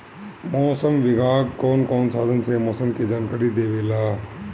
मौसम विभाग कौन कौने साधन से मोसम के जानकारी देवेला?